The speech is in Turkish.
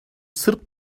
sırp